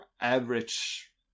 average